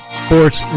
sports